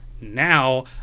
now